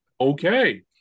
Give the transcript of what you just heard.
Okay